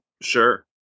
Sure